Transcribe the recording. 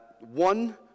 One